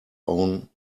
own